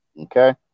okay